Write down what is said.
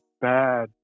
bad